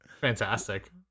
Fantastic